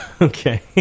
Okay